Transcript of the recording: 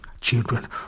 children